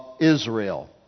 Israel